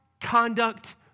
conduct